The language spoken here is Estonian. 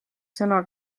sõna